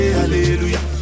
hallelujah